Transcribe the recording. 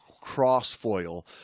cross-foil